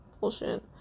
bullshit